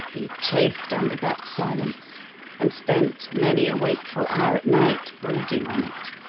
he chafed under that silence and spent many a wakeful hour at night brooding on it.